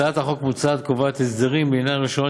הצעת החוק המוצעת קובעת הסדרים לעניין הרישיונות